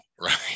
right